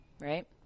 Right